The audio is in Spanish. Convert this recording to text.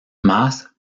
mas